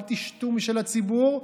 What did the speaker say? אל תשתו משל הציבור,